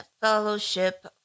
Fellowship